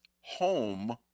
home